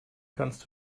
kannst